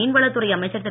மீன்வளத்துறை அமைச்சர் திரு